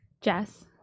Jess